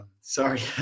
sorry